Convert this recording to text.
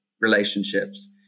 relationships